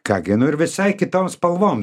ką gi nu ir visai kitom spalvom